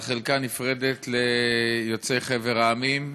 על חלקה נפרדת ליוצאי חבר המדינות,